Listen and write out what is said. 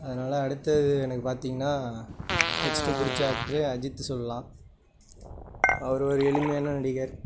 அதனால அடுத்தது எனக்கு பார்த்திங்கனா நெக்ஸ்டு பிடிச்ச ஆக்டரு அஜித் சொல்லலாம் அவர் ஒரு எளிமையான நடிகர்